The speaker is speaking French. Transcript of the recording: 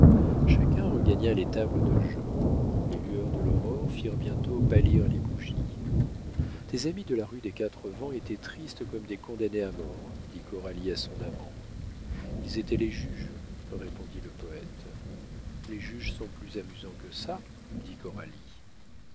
chacun regagna les tables de jeu les lueurs de l'aurore firent bientôt pâlir les bougies tes amis de la rue des quatre vents étaient tristes comme des condamnés à mort dit coralie à son amant ils étaient les juges répondit le poète les juges sont plus amusants que ça